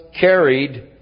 carried